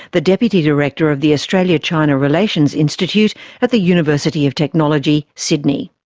the deputy director of the australia-china relations institute at the university of technology sydney.